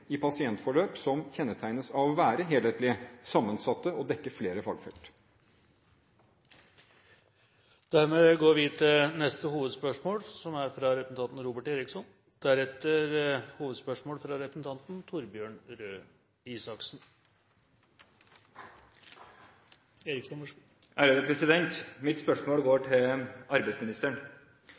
i pasientforløp som kjennetegnes av å være helhetlige, sammensatte, og som dekker flere fagfelt. Vi går til neste hovedspørsmål. Mitt spørsmål går til arbeidsministeren: